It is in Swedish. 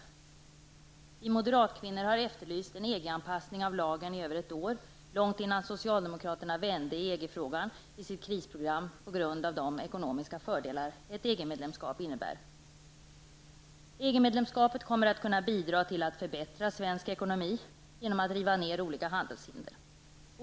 Vi moderatkvinnor har efterlyst en EG-anpassning av lagen i över ett år. Det var långt innan socialdemokraterna i sitt krisprogram vände i EG frågan till följd av de ekonomiska fördelar som ett EG-medlemskap innebär. EG-medlemskapet kommer att kunna bidra till att förbättra svensk ekonomi genom att olika handelshinder rivs ned.